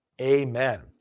Amen